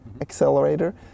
accelerator